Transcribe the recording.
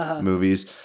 movies